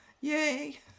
yay